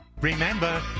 Remember